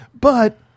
But-